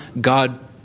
God